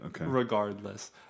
regardless